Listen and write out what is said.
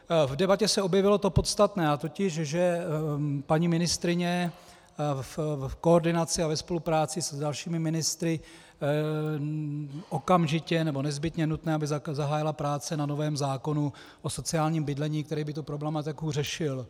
V debatě se objevilo to podstatné, totiž že paní ministryně v koordinaci a ve spolupráci s dalšími ministry okamžitě, nebo je nezbytné nutné, aby zahájila práce na novém zákonu o sociálním bydlení, který by tu problematiku řešil.